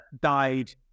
died